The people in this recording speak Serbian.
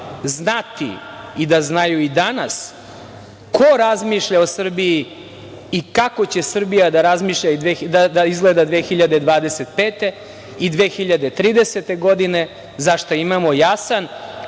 znati i da znaju i danas ko razmišlja o Srbiji i kako će Srbija da izgleda i 2025. i 2030. godine, zašta imamo jasan